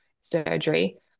surgery